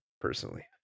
personally